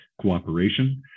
cooperation